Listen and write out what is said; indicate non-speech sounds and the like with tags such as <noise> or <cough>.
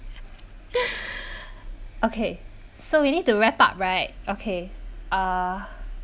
<breath> okay so we need to wrap up right okay uh